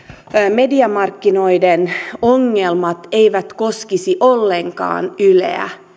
mediamarkkinoiden ongelmat eivät koskisi ollenkaan yleä